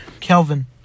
Kelvin